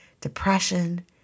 depression